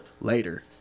Later